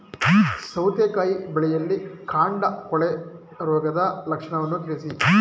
ಸೌತೆಕಾಯಿ ಬೆಳೆಯಲ್ಲಿ ಕಾಂಡ ಕೊಳೆ ರೋಗದ ಲಕ್ಷಣವನ್ನು ತಿಳಿಸಿ?